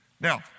Now